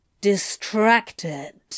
Distracted